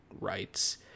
rights